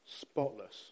spotless